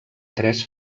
tres